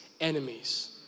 enemies